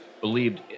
believed